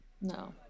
no